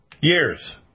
Years